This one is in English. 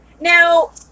Now